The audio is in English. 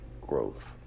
Growth